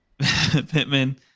Pittman